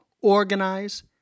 organize